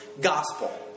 gospel